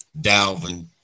Dalvin